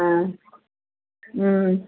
ஆ ம்